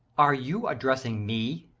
are you addressing me?